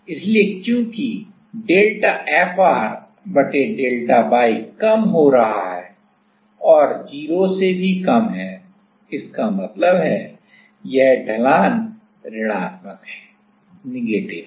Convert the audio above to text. इसलिए चूंकि delta Fr बटा डेल्टा y कम हो रहा है और 0 से भी कम है इसका मतलब है यह ढलान ऋणात्मक है